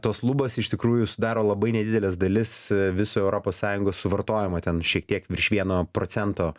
tos lubos iš tikrųjų sudaro labai nedideles dalis viso europos sąjungos suvartojimo ten šiek tiek virš vieno procento